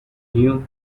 new